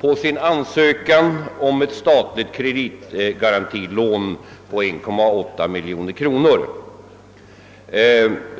på sin ansökan om ett statligt kreditgarantilån på 1,8 miljon kronor.